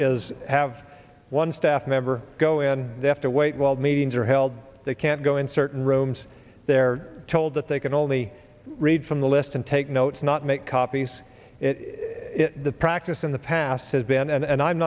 is have one staff member go in they have to wait while the meetings are held they can't go in certain rooms they're told that they can only read from the list and take notes not make copies the practice in the past has been and